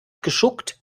geschuckt